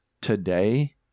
today